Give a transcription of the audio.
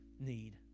need